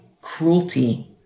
cruelty